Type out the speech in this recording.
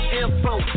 info